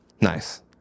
Nice